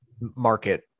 market